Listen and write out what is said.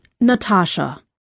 Natasha